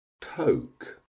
toke